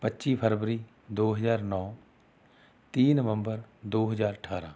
ਪੱਚੀ ਫਰਵਰੀ ਦੋ ਹਜ਼ਾਰ ਨੌਂ ਤੀਹ ਨਵੰਬਰ ਦੋ ਹਜ਼ਾਰ ਅਠਾਰਾਂ